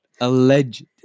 Alleged